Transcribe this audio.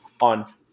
on